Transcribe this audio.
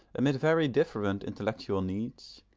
amid very different intellectual needs,